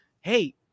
hey